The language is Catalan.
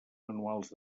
manuals